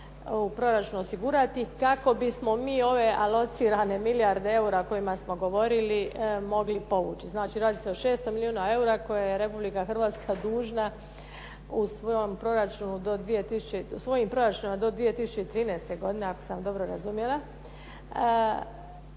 u proračunu osigurati kako bismo mi ove alocirane milijarde eura o kojima smo govorili mogli povući. Znači, radi se o 600 milijuna eura koje je Republika Hrvatska dužna svojim proračunom do 2013. godine ako sam dobro razumjela